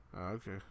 okay